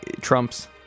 trumps